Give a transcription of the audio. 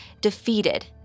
defeated